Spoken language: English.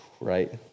Right